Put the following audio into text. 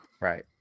right